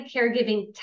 caregiving